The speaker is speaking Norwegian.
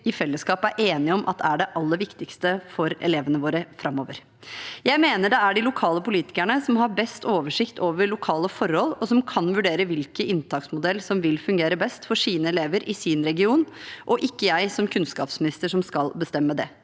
i fellesskap egentlig er enige om er det aller viktigste for elevene våre framover. Jeg mener det er de lokale politikerne som har best oversikt over lokale forhold, og som kan vurdere hvilken inntaksmodell som vil fungere best for sine elever i sin region. Det er ikke jeg som kunnskapsminister som skal bestemme det.